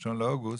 ב-1 באוגוסט,